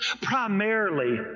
Primarily